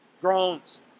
groans